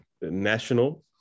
national